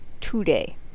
today